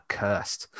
cursed